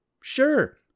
Sure